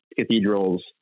cathedral's